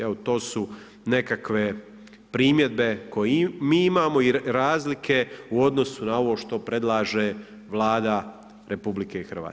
Evo to su nekakve primjedbe koje mi imamo jer razlike u odnosu na ovo što predlaže Vlada RH.